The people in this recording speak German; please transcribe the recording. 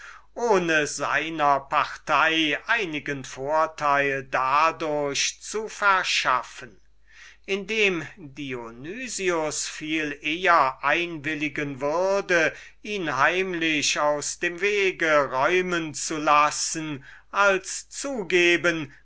ohne daß seiner partei einiger vorteil dadurch zuginge indem dionys viel eher einwilligen würde ihn in der stille aus dem wege räumen zu lassen als zu zugeben